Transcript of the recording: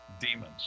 demons